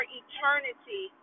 eternity